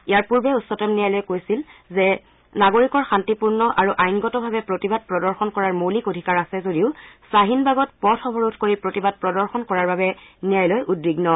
ইয়াৰ পূৰ্বে উচ্চতম ন্যায়ালয়ে কৈছিল যে নাগৰিকৰ শান্তিপূৰ্ণ আৰু আইনগতভাৱে প্ৰতিবাদ প্ৰদৰ্শন কৰাৰ মৌলিক অধিকাৰ আছে যদিও শ্বাহিনবাগত পথ অৱৰোধ কৰি প্ৰতিবাদ প্ৰদৰ্শন কৰাৰ বাবে ন্যায়ালয় উদ্বিগ্ন